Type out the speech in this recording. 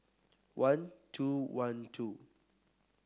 one two one two